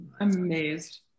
amazed